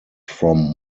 from